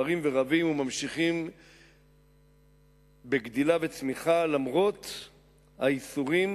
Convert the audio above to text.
פרים ורבים וממשיכים בגדילה וצמיחה למרות הייסורים,